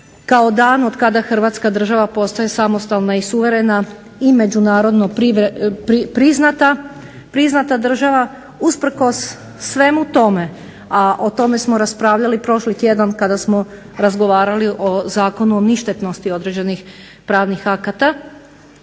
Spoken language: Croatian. kao dan od kada Hrvatska država postaje suverena i samostalna i međunarodno priznata, priznata država, usprkos svemu tome a tome smo raspravljali prošli tjedan kada smo razgovarali o Zakonu o ništetnosti određenih pravnih akata,